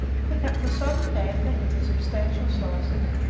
he cut the sodden damper into substantial slices,